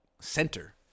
center